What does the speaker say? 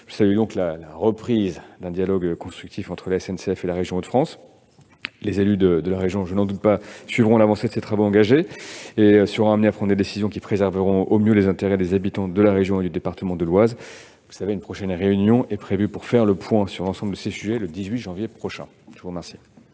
Je salue la reprise d'un dialogue constructif entre la SNCF et la région Hauts-de-France. Les élus régionaux suivront l'avancée de ces travaux engagés et seront amenés à prendre les décisions qui préserveront au mieux les intérêts des habitants de la région et du département de l'Oise. Une réunion est prévue pour faire le point sur l'ensemble de ces sujets le 18 janvier prochain. La parole